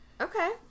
Okay